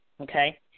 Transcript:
Okay